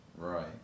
Right